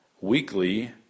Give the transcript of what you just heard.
weekly